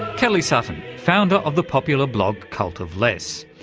kelly sutton, founder of the popular blog cult of less.